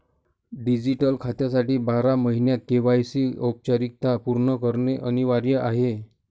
digital खात्यासाठी बारा महिन्यांत के.वाय.सी औपचारिकता पूर्ण करणे अनिवार्य आहे